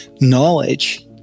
knowledge